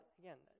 again